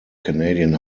canadian